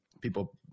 people